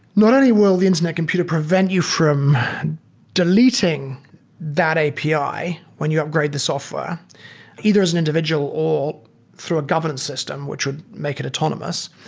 not only will the internet computer prevent you from deleting that api when you upgrade the software either as an individual or through a governance system, which would make it autonomous.